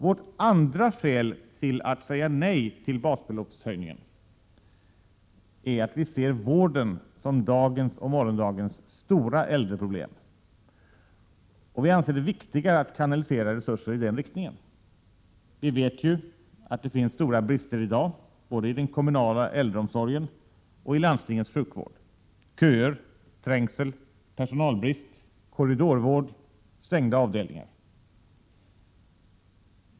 För det andra säger vi nej till basbeloppshöjningen, därför att vi ser vården som dagens och morgondagens stora äldreproblem. Vi anser det viktigare att kanalisera resurser i den riktningen. Vi vet ju att det finns stora brister i dag, både i den kommunala äldreomsorgen och i landstingens sjukvård: köer, trängsel, personalbrist, korridorvård och stängda avdelningar.